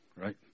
Right